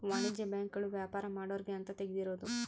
ವಾಣಿಜ್ಯ ಬ್ಯಾಂಕ್ ಗಳು ವ್ಯಾಪಾರ ಮಾಡೊರ್ಗೆ ಅಂತ ತೆಗ್ದಿರೋದು